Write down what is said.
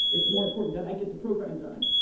it's more important that i get the program done.